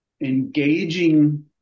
engaging